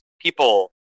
people